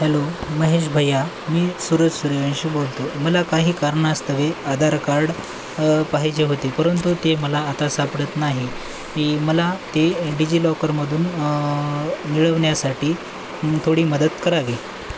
hello Mahesh भैया मी सुरज सुर्यवंशी बोलतो आहे मला काही कारणास्तव आधार कार्ड पाहिजे होते परंतु ते मला आता सापडत नाही की मला ते डिजिलॉकरमधून मिळवण्यासाठी थोडी मदत करावी